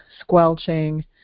squelching